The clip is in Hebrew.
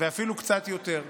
ואפילו קצת יותר.